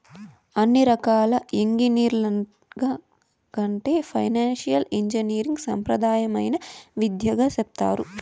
అన్ని రకాల ఎంగినీరింగ్ల కంటే ఫైనాన్సియల్ ఇంజనీరింగ్ సాంప్రదాయమైన విద్యగా సెప్తారు